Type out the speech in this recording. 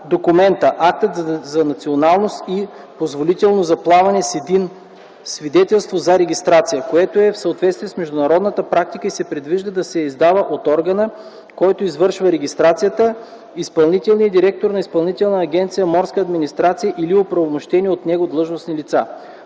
документа – актът за националност и позволителното за плаване, с един – свидетелство за регистрация, което е в съответствие с международната практика и се предвижда да се издава от органа, който извършва регистрацията – изпълнителния директор на Изпълнителна агенция „Морска администрация” или оправомощени от него длъжностни лица.